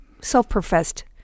self-professed